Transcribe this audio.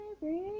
baby